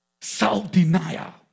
Self-denial